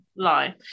lie